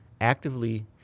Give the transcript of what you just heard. actively